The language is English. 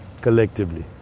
collectively